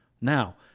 now